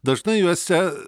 dažnai juose